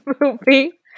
movie